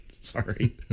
Sorry